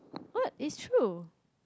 what it's true